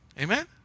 Amen